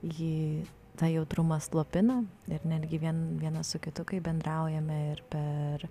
ji tą jautrumą slopina ir netgi vien vienas su kitu kai bendraujame ir per